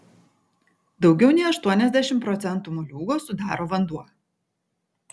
daugiau nei aštuoniasdešimt procentų moliūgo sudaro vanduo